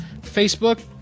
Facebook